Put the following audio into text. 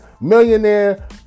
millionaire